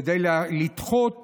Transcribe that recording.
כדי לדחות